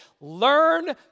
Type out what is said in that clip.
learn